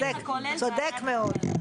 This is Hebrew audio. צודק מאוד.